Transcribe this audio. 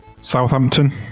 Southampton